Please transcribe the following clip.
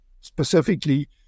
specifically